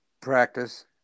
Practice